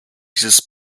dieses